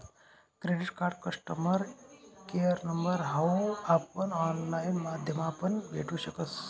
credit card customer care number हाऊ आपण online माध्यमापण भेटू शकस